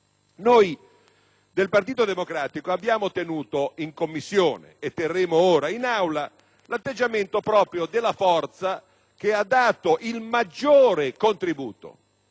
Noi del Partito Democratico abbiamo tenuto in Commissione e terremo ora in Aula l'atteggiamento proprio della forza che ha dato il maggiore contributo;